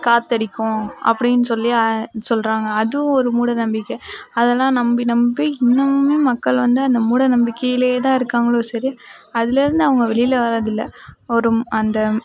காத்து அடிக்கும் அப்படின்னு சொல்லி சொல்கிறாங்க அதுவும் ஒரு மூட நம்பிக்கை அதல்லாம் நம்பி நம்பி இன்னுமும் மக்கள் வந்து அந்த மூட நம்பிக்கைலேயே தான் இருக்காங்களே சரி அதில் இருந்து அவங்க வெளியில் வர்றது இல்லை ஒரு அந்த